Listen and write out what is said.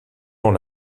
dans